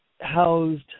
housed